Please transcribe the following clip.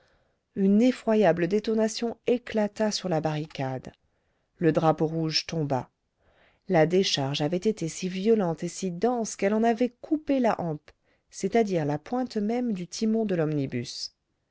une effroyable détonation éclata sur la barricade le drapeau rouge tomba la décharge avait été si violente et si dense qu'elle en avait coupé la hampe c'est-à-dire la pointe même du timon de l'omnibus